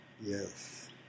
Yes